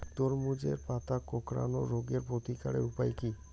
তরমুজের পাতা কোঁকড়ানো রোগের প্রতিকারের উপায় কী?